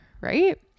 right